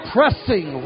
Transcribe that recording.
Pressing